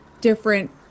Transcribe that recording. different